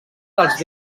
dels